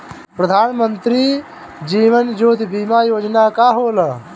प्रधानमंत्री जीवन ज्योति बीमा योजना का होला?